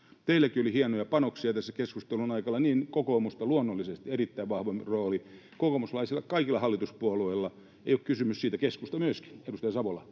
teilläkin oli hienoja panoksia tässä keskustelun aikana — ja kokoomusta luonnollisesti, erittäin vahva rooli oli kokoomuslaisilla, kaikilla hallituspuolueilla, ei ole kysymys siitä. Keskusta myöskin, edustaja Savola,